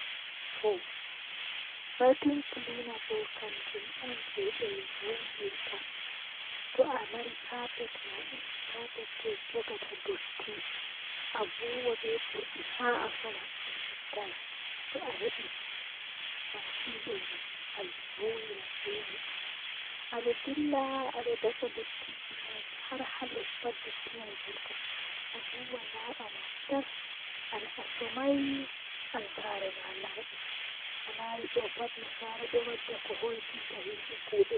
Mi buri yiduki nyamdu beldum on ngam dow nyamduuji jei burdaa yiduki ndikkina am nyamdu beldum.